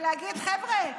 ולהגיד: חבר'ה,